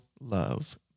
love